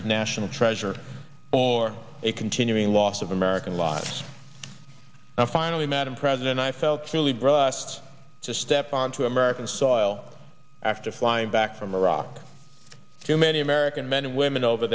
of national treasure or a continuing loss of american lives and finally madam president i felt truly brust to step onto american soil after flying back from iraq too many american men and women over